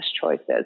choices